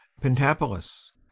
Pentapolis